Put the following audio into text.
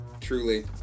Truly